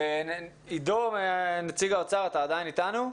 עידו, נציג האוצר, אתה עדיין איתנו?